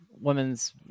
women's